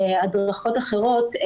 journal club והדרכות אחרות.